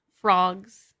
frogs